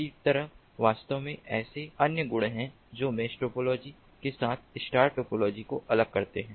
इसी तरह वास्तव में ऐसे अन्य गुण हैं जो मेष टोपोलॉजी के साथ स्टार टोपोलॉजी को अलग करते हैं